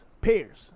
pairs